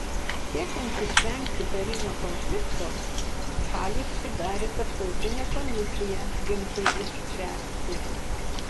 siekiant išvengti karinio konflikto šalys sudarė tarptautinę komisiją ginčui išspręsti